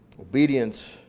Obedience